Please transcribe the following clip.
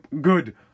Good